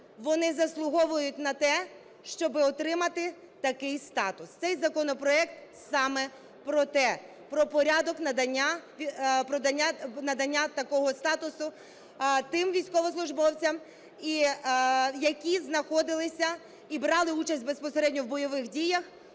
вони заслуговують на те, щоби отримати такий статус. Цей законопроект саме про те, про порядок надання такого статусу тим військовослужбовцям, які знаходилися і брали участь безпосередньо в бойових діях